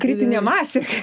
kritinė masė